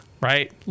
right